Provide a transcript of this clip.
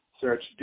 search